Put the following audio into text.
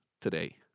today